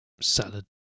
salad